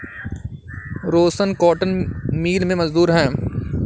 रोशन cotton mill में मजदूर है